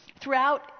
Throughout